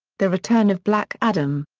the return of black adam.